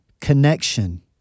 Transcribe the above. connection